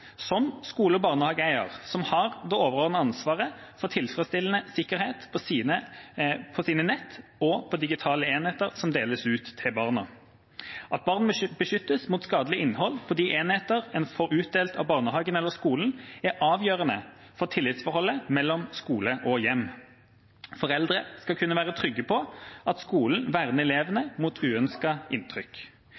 som skole- og barnehageeiere – som har det overordnede ansvaret for tilfredsstillende sikkerhet på sine nett og på digitale enheter som deles ut til barna. At barn beskyttes mot skadelig innhold på de enheter de får utdelt av barnehagen eller skolen, er avgjørende for tillitsforholdet mellom skole og hjem. Foreldre skal kunne være trygge på at skolen verner elevene